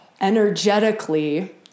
energetically